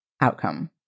outcome